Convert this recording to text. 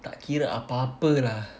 tak kira apa-apa lah